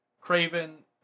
Craven